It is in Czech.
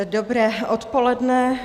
Dobré odpoledne.